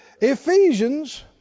Ephesians